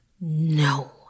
no